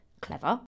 Clever